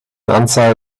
anzahl